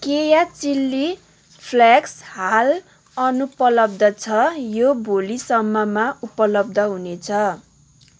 केया chilli flakes हाल अनुपलब्ध छ यो भोलि सम्ममा उपलब्ध हुनेछ